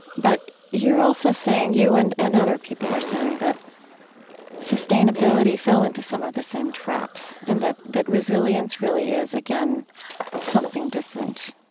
but you're also saying, you and and other people are saying that sustainability fell into some of the same traps. and that that resilience really is again something different.